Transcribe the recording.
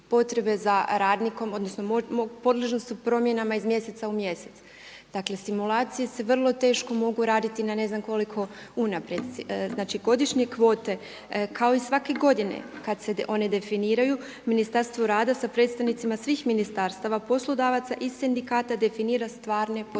potrebe za radnikom odnosno podložne su promjenama iz mjeseca u mjesec. Dakle simulacije se vrlo teško mogu raditi na ne znam koliko unaprijed. Znači godišnje kvote kao i svake godine kada se one definiraju Ministarstvo rada sa predstavnicima svih ministarstva, poslodavaca i sindikata definira stvarne potrebe